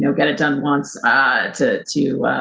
know, get it done once to to